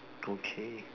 okay